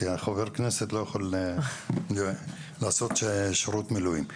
כי חבר כנסת לא יכול לעשות שירות מילואים.